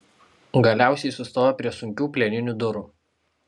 galiausiai sustojo prie sunkių plieninių durų